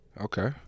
Okay